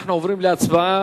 אנחנו עוברים להצבעה.